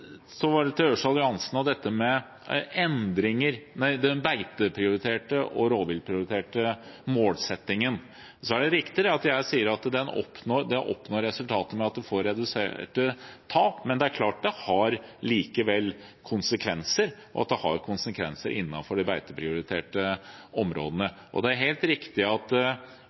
Så til Ørsal Johansen og den beiteprioriterte og rovdyrprioriterte målsettingen. Det er riktig at jeg sier at en oppnår resultater, som reduserte tap, men det er klart at det likevel har konsekvenser, og at det har konsekvenser innenfor de beiteprioriterte områdene. Det er helt riktig at